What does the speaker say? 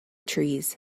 trees